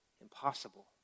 impossible